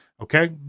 Okay